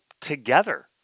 together